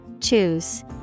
Choose